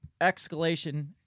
escalation